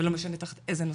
ולא משנה תחת איזה נושא.